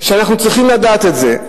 שאנחנו צריכים לדעת את זה,